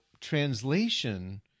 translation